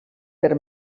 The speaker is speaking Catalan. per